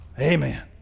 Amen